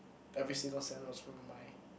every single cent was from my